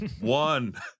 one